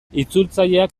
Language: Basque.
itzultzaileak